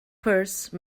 purse